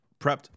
prepped